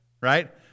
right